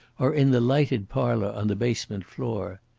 are in the lighted parlour on the basement floor.